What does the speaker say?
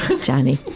Johnny